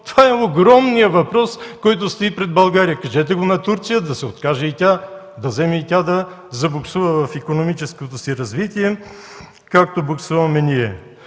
Това е огромният въпрос, който стои пред България! Кажете го на Турция, да се откаже и тя, да вземе и тя да забуксува в икономическото си развитие, както буксуваме ние.